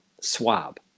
swab